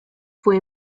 fue